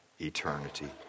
eternity